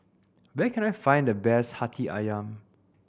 where can I find the best Hati Ayam